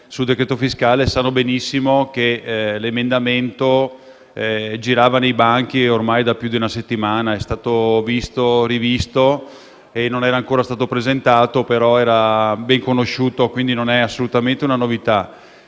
sul decreto-legge fiscale sanno benissimo che l'emendamento girava nei banchi ormai da più di una settimana. È stato visto e rivisto, non era ancora stato presentato ma era ben conosciuto; quindi, non era assolutamente una novità.